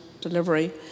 delivery